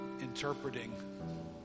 interpreting